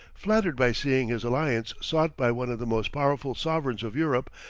flattered by seeing his alliance sought by one of the most powerful sovereigns of europe,